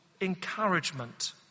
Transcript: encouragement